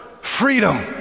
Freedom